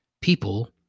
people